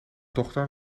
dochter